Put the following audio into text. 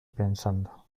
pensando